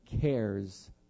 cares